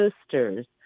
sisters